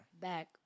back